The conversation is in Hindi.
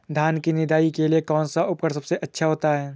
धान की निदाई के लिए कौन सा उपकरण सबसे अच्छा होता है?